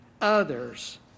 others